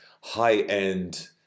high-end